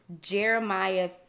Jeremiah